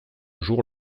jour